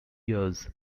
years